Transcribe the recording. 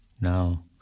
Now